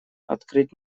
открыть